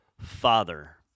Father